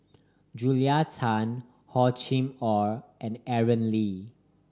Julia Tan Hor Chim Or and Aaron Lee